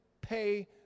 pay